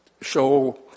show